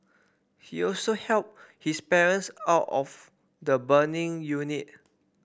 he also helped his parents out of the burning unit